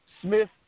Smith